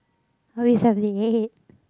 what we selling